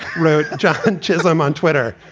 wrote jonathan chisum on twitter.